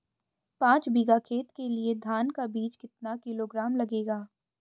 पाँच बीघा खेत के लिये धान का बीज कितना किलोग्राम लगेगा?